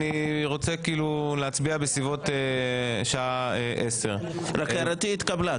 אני רוצה להצביע בסביבות השעה 10:00. רק הערתי התקבלה,